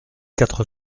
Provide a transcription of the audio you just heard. quatre